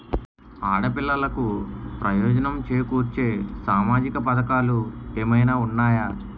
ఆడపిల్లలకు ప్రయోజనం చేకూర్చే సామాజిక పథకాలు ఏమైనా ఉన్నాయా?